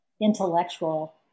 intellectual